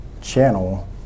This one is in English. channel